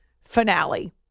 finale